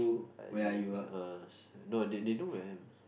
I you us no they they know where I am